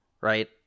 right